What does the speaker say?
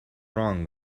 wrong